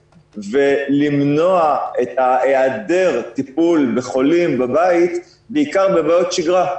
ולמנוע את היעדר הטיפול בחולים בבית בעיקר בבעיות שגרה.